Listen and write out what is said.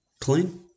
clean